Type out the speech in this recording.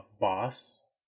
boss